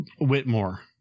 Whitmore